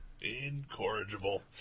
Incorrigible